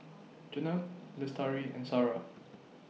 Jenab Lestari and Sarah